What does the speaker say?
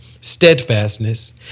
steadfastness